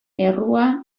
errua